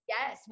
Yes